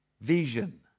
vision